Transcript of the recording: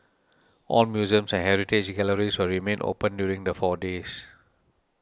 all museums and heritage galleries will remain open during the four days